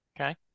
Okay